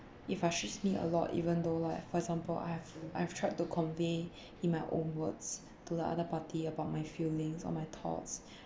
it frustrates me a lot even though like for example I have I've tried to convey in my own words to the other party about my feelings on my thoughts